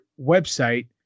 website